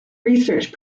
research